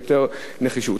ביותר נחישות.